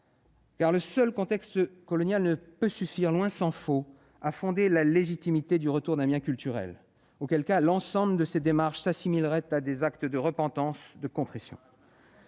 car le seul contexte colonial ne peut suffire- tant s'en faut -à fonder la légitimité du retour d'un bien culturel, auquel cas l'ensemble de ces démarches s'assimileraient à des actes de repentance ou de contrition.